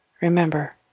Remember